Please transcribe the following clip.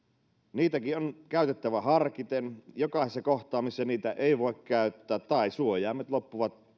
niitäkin on käytettävä harkiten jokaisessa kohtaa missä niitä ei voi käyttää tai suojaimet loppuvat